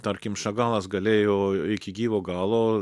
tarkim šagalas galėjo iki gyvo galo